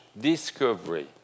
discovery